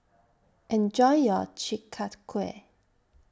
Enjoy your Chi Kak Kuih